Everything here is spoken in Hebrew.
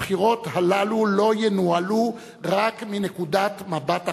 הבחירות הללו לא ינוהלו רק מנקודת מבט אחת,